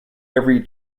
every